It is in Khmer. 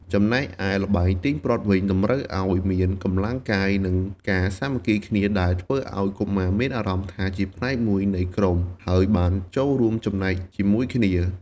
ចំណែកឯល្បែងទាញព្រ័ត្រវិញ តម្រូវឲ្យមានកម្លាំងកាយ និងការសាមគ្គីគ្នា ដែលធ្វើឲ្យកុមារមានអារម្មណ៍ថាជាផ្នែកមួយនៃក្រុម ហើយបានចូលរួមចំណែកជាមួយគ្នា។